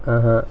(uh huh)